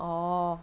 orh